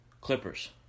Clippers